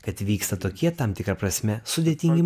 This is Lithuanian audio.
kad vyksta tokie tam tikra prasme sudėtingi